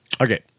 Okay